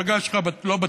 המפלגה שלך לא בטוח,